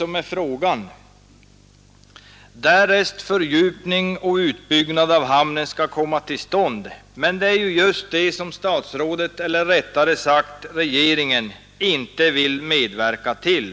Men en fördjupning och utbyggnad av hamnen är just det som statsrådet — eller rättare sagt regeringen — inte vill medverka till.